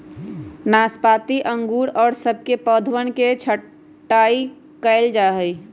नाशपाती अंगूर और सब के पौधवन के छटाई कइल जाहई